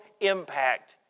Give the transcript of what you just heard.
impact